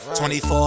24